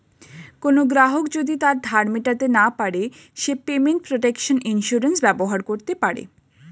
কোনো গ্রাহক যদি তার ধার মেটাতে না পারে সে পেমেন্ট প্রটেকশন ইন্সুরেন্স ব্যবহার করতে পারে